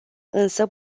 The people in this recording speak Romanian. însă